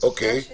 אוקיי, תשובות?